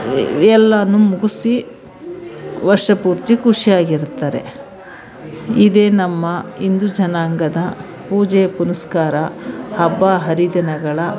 ಎಲ್ಲನೂ ಮುಗಸಿ ವರ್ಷಪೂರ್ತಿ ಖುಷಿಯಾಗಿರ್ತಾರೆ ಇದೇ ನಮ್ಮ ಹಿಂದು ಜನಾಂಗದ ಪೂಜೆ ಪುನಸ್ಕಾರ ಹಬ್ಬ ಹರಿದಿನಗಳ